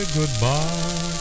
goodbye